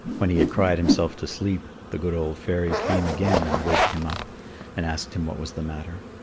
when he had cried himself to sleep, the good old fairy came again and waked him up and asked him what was the matter.